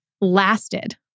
lasted